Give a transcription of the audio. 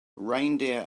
reindeer